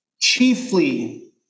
chiefly